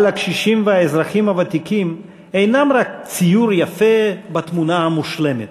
אבל הקשישים והאזרחים הוותיקים אינם רק ציור יפה בתמונה המושלמת,